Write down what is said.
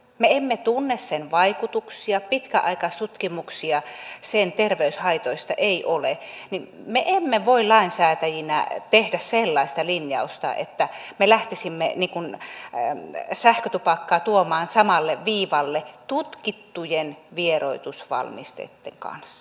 me emme tunne sen vaikutuksia pitkäaikaistutkimuksia sen terveyshaitoista ei ole joten me emme voi lainsäätäjinä tehdä sellaista linjausta että me lähtisimme sähkötupakkaa tuomaan samalle viivalle tutkittujen vieroitusvalmisteitten kanssa